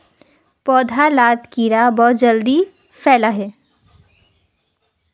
पौधा लात कीड़ा बहुत जल्दी फैलोह